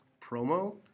promo